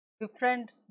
different